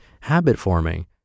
habit-forming